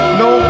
no